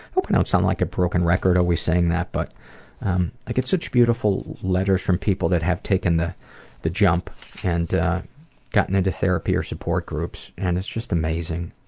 hope i don't sound like a broken record always saying that, but i get such beautiful letters from people who have taken the the jump and gotten into therapy or support groups, and it's just amazing.